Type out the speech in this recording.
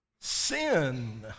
sin